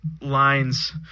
lines